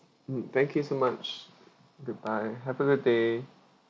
mm thank you so much goodbye have a good day